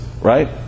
right